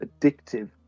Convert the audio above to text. addictive